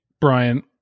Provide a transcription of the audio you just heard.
Brian